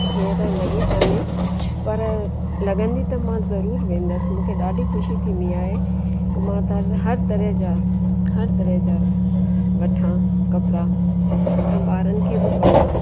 हींअर लॻी कोन्हे पर लॻंदी त मां ज़रूरु वेंदसि मूंखे ॾाढी ख़ुशी थींदी आहे मां हर तरह जा हर तरह जा वठां कपिड़ा ऐं ॿारनि खे बि पायां